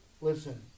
Listen